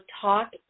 Talk